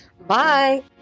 bye